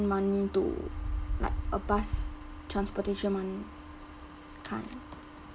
money to like a bus transportation money kind